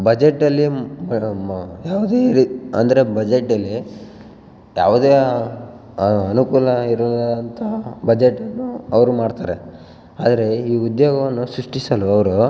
ಬಜೆಟಲ್ಲಿ ಮಾ ಮಾ ಯಾವುದೇ ರೀ ಅಂದರೆ ಬಜೆಟಲ್ಲಿ ಯಾವುದೇ ಅನುಕೂಲ ಇರುವಂತಹ ಬಜೆಟನ್ನು ಅವರು ಮಾಡ್ತಾರೆ ಆದರೆ ಈ ಉದ್ಯೋಗವನ್ನು ಸೃಷ್ಟಿಸಲು ಅವರು